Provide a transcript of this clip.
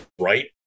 right